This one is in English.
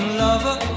lover